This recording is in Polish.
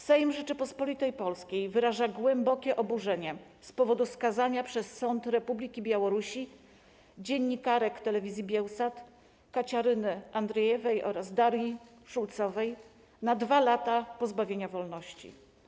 Sejm Rzeczypospolitej Polskiej wyraża głębokie oburzenie z powodu skazania przez sąd Republiki Białorusi dziennikarek Biełsat TV - Kaciaryny Andrejewej oraz Darii Czulcowej na dwa lata pozbawienia wolności.